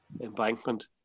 embankment